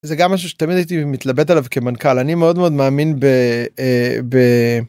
זה גם משהו שתמיד הייתי מתלבט עליו כמנכ״ל אני מאוד מאוד מאמין ב.